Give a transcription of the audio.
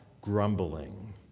grumbling